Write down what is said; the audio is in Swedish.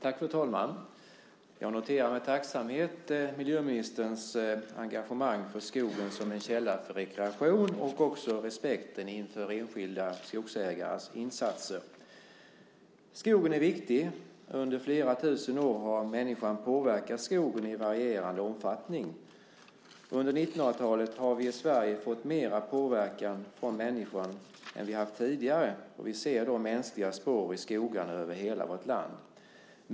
Fru talman! Jag noterar med tacksamhet miljöministerns engagemang för skogen som en källa för rekreation och också respekten inför enskilda skogsägares insatser. Skogen är viktig. Under flera tusen år har människan påverkat skogen i varierande omfattning. Under 1900-talet har vi i Sverige fått mer påverkan från människan än vi haft tidigare, och vi ser mänskliga spår i skogarna över hela vårt land.